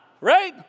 right